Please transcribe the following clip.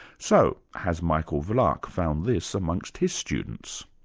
so, has michael vlach found this amongst his students?